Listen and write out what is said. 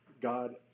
God